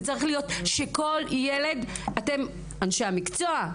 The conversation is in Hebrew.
זה צריך להיות שכל ילד אתם אנשי המקצוע,